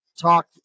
talk